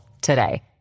today